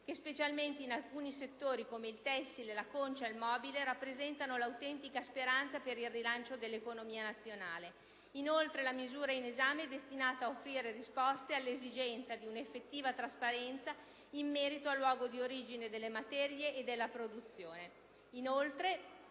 che, specialmente in alcuni settori (come il tessile, la concia, il mobile), rappresentano l'autentica speranza per il rilancio dell'economia nazionale. Inoltre, la misura in esame è destinata ad offrire risposte all'esigenza di un'effettiva trasparenza in merito al luogo di origine delle materie e della produzione.